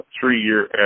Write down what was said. three-year